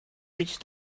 reach